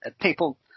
people